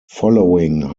following